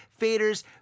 faders